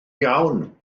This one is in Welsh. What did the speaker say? iawn